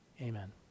Amen